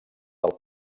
del